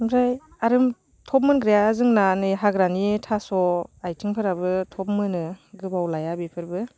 ओमफ्राय आरो थाब मोनग्राया जोंना नै हाग्रानि थास' आइथिंफोराबो थाब मोनो गोबाव लाया बेफोरबो